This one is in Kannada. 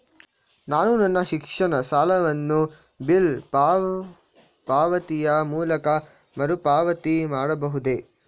ನಾನು ನನ್ನ ಶಿಕ್ಷಣ ಸಾಲವನ್ನು ಬಿಲ್ ಪಾವತಿಯ ಮೂಲಕ ಮರುಪಾವತಿ ಮಾಡಬಹುದೇ?